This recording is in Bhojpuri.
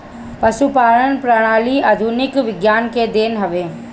पशुपालन प्रणाली आधुनिक विज्ञान के देन हवे